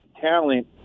talent